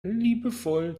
liebevoll